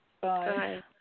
Bye